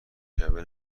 شبه